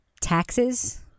taxes